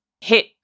hit